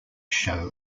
show